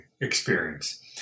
experience